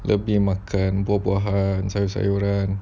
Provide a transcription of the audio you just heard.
lebih makan buah-buahan sayur-sayuran